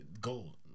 gold